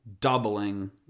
doubling